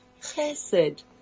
chesed